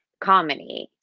comedy